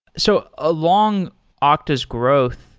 so along ah okta's growth,